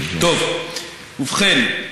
ובכן,